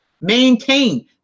maintain